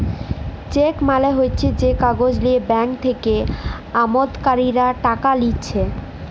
check মালে হচ্যে যে কাগজ লিয়ে ব্যাঙ্ক থেক্যে আমালতকারীরা টাকা লিছে